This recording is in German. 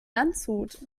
landshut